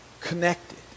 Connected